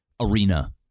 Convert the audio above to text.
arena